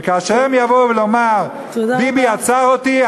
וכאשר הם יבואו לומר: ביבי עצר אותי,